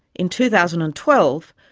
in two thousand and twelve,